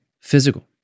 physical